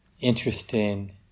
interesting